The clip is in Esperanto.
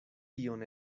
tion